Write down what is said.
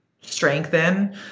strengthen